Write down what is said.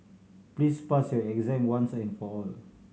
please pass your exam once and for all